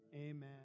Amen